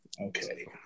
Okay